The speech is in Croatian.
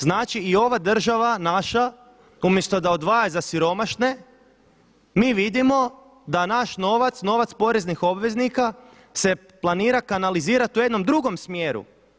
Znači i ova država naša umjesto da odvaja za siromašne, mi vidimo da naš novac, novac poreznih obveznika se planira kanalizirat u jednom drugom smjeru.